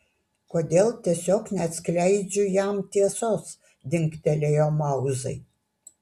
kodėl tiesiog neatskleidžiu jam tiesos dingtelėjo mauzai